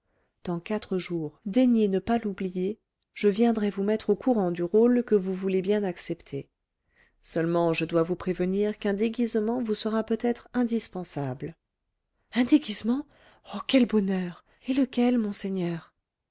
dans quatre jours daignez ne pas l'oublier je viendrai vous mettre au courant du rôle que vous voulez bien accepter seulement je dois vous prévenir qu'un déguisement vous sera peut-être indispensable un déguisement oh quel bonheur et lequel monseigneur